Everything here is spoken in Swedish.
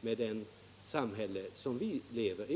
med det samhälle som vi lever i.